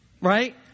right